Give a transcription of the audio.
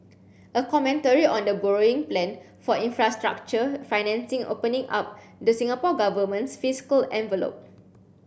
a commentary on the borrowing plan for infrastructure financing opening up the Singapore Government's fiscal envelope